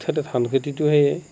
তাতে ধান খেতিটোও সেই